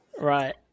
right